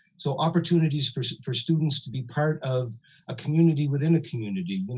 so opportunities for for students to be part of a community within a community.